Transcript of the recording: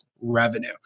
revenue